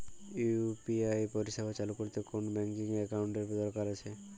UPI পরিষেবা চালু করতে কোন ব্যকিং একাউন্ট এর কি দরকার আছে?